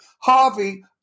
Harvey